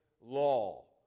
Law